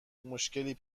مشکلی